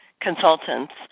Consultants